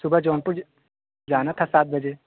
सुबह जौनपुर जाना था सात बजे